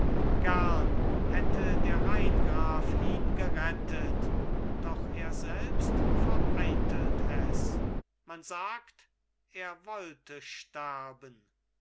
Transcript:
gern hätte der rheingraf ihn gerettet doch er selbst vereitelt es man sagt er wollte sterben